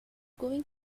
going